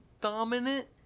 dominant